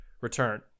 return